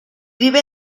vive